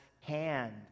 hand